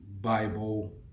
Bible